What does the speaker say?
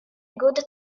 good